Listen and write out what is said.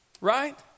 right